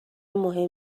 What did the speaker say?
مهم